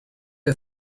you